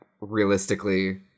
realistically